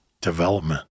development